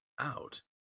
out